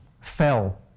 fell